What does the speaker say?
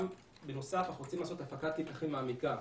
בנוסף, אנחנו רוצים לעשות הפקת לקחים מעמיקה.